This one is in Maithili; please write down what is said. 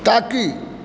ताकि